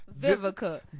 Vivica